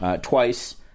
twice